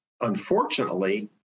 Unfortunately